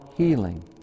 healing